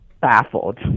baffled